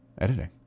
editing